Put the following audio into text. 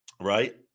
right